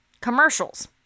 Commercials